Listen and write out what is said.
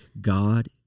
God